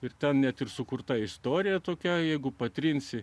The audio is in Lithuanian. ir ten ne tik sukurta istorija tokia jeigu patrinsi